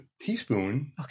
teaspoon